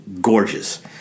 gorgeous